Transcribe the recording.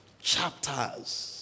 chapters